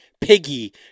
Piggy